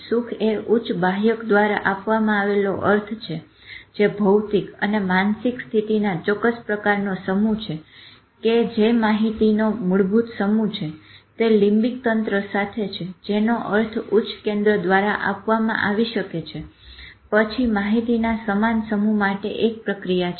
સુખએ ઉચ્ચ બાહ્યક દ્વારા આપવામાં આવેલો અર્થ છે જે ભૌતિક અને માનસિક સ્થિતિના ચોક્કસ પ્રકારનો સમૂહ કે જે માહિતીનો મૂળભૂત સમૂહ છે તે લીમ્બીક તંત્ર સાથે છે જેનો અર્થ ઉચ્ચ કેન્દ્ર દ્વારા આપવામાં આવી શકે છે પછી માહિતીના સમાન સમૂહ માટે એક પ્રક્રિયા છે